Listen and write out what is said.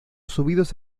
subidos